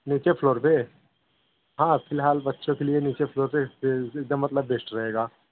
नीचे फ्लोर पे हाँ फ़िलहाल बच्चों के लिए नीचे फ्लोर बेस्ट रहेगा